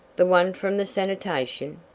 the one from the sanitation?